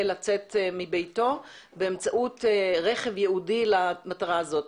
לצאת מביתו באמצעות רכב ייעודי למטרה הזאת.